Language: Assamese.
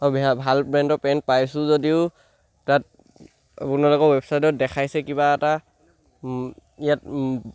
অঁ ভাল ব্ৰেণ্ডৰ পেণ্ট পাইছোঁ যদিও তাত আপোনালোকৰ ৱেবছাইটত দেখাইছে কিবা এটা ইয়াত